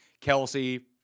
Kelsey